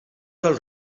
dels